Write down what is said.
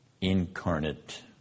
incarnate